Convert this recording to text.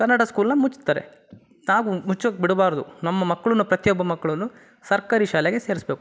ಕನ್ನಡ ಸ್ಕೂಲನ್ನ ಮುಚ್ತಾರೆ ತಾವು ಮುಚ್ಚೋಕ್ಕೆ ಬಿಡಬಾರ್ದು ನಮ್ಮ ಮಕ್ಳನ್ನು ಪ್ರತಿಯೊಬ್ಬ ಮಕ್ಳನ್ನು ಸರ್ಕಾರಿ ಶಾಲೆಗೆ ಸೇರಿಸ್ಬೇಕು